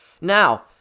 Now